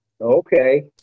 Okay